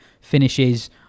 finishes